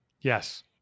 Yes